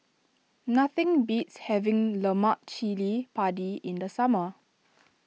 nothing beats having Lemak Cili Padi in the summer